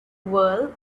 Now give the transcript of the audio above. world